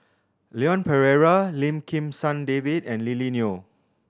Leon Perera Lim Kim San David and Lily Neo